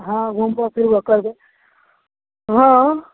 हँ घूमबो फिरबो करबै हँ